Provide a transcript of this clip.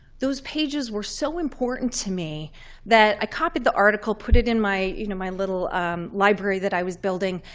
those pages were so important to me that i copied the article, put it in my you know my little library that i was building,